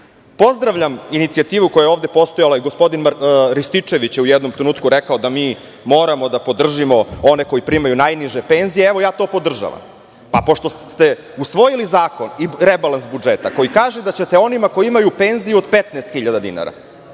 propao. Pozdravljam inicijativu koja je ovde postojala, a gospodin Rističević je u jednom trenutku rekao da mi moramo da podržimo one koji primaju najniže penzije, ja to podržavam. Pošto ste usvojili zakon i rebalans budžeta koji kaže da ćete onima koji imaju penziju od 15.000 dinara